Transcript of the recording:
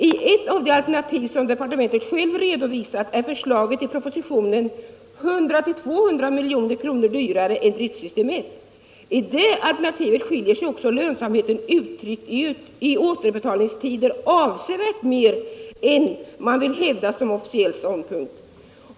I ett av de alternativ som departementet självt redovisat är förslaget i propositionen 100-200 milj.kr. dyrare än driftsystem 1. I det alternativet skiljer sig också lönsamheten uttryckt i återbetalningstider avsevärt mer än man vill hävda som officiell ståndpunkt.